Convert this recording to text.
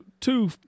two